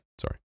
Sorry